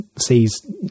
sees